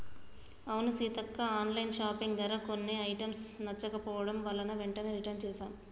అవును Seethakka online shopping ధర కొన్ని ఐటమ్స్ నచ్చకపోవడం వలన వెంటనే రిటన్ చేసాం